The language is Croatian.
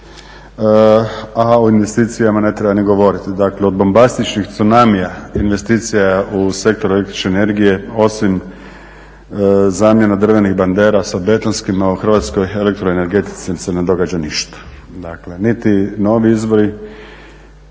a o investicijama ne treba ni govoriti. Dakle, od bombastičnih cunamija investicija u sektoru električne energije osim zamjena drvenih bandera sa betonskima, u Hrvatskoj elektroenergetici se ne događa ništa. Dakle, niti novi izbori,